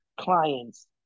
clients